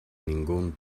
ningún